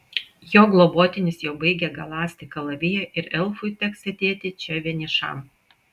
jo globotinis jau baigia galąsti kalaviją ir elfui teks sėdėti čia vienišam